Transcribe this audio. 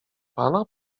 pana